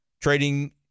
trading